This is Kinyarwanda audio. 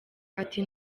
ati